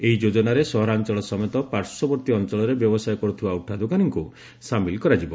ଏହି ଯୋଜନାରେ ସହରାଞ୍ଚଳ ସମେତ ପାର୍ଶ୍ୱବର୍ତ୍ତୀ ଅଞ୍ଚଳରେ ବ୍ୟବସାୟ କରୁଥିବା ଉଠାଦୋକାନୀଙ୍କୁ ସାମିଲ କରାଯିବ